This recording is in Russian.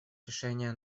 решение